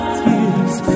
tears